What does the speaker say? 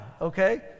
Okay